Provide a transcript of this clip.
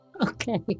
Okay